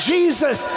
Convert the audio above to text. Jesus